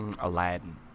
Aladdin